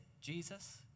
Jesus